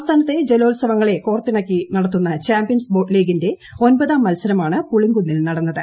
സംസ്ഥാനത്തെ ജലോത്സവങ്ങളെ കോർത്തിണക്കി നടത്തുന്ന ചാമ്പ്യൻസ് ബോട്ട് ലീഗിന്റെ ഒൻപതാം മത്സരമാണ് പുളിങ്കുന്നിൽ നടന്നത്